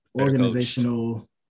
organizational